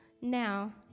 Now